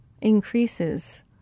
increases